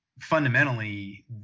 fundamentally